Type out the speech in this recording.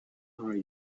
are